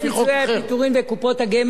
לגבי פיצויי הפיטורין וקופות הגמל,